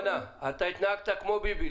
אתה התנהגת כמו ביבי.